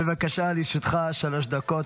בבקשה, לרשותך שלוש דקות.